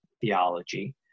theology